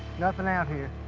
nothing out here.